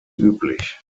üblich